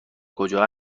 کجا